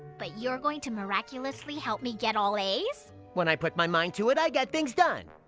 but you're going to miraculously help me get all a's! when i put my mind to it, i get things done!